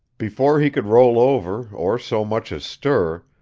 before he could roll over or so much as stir,